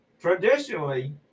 Traditionally